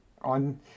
on